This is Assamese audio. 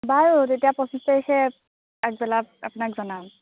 বাৰু তেতিয়া পঁচিছ তাৰিখে আগবেলা আপোনাক জনাম